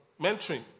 mentoring